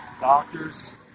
doctors